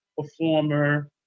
performer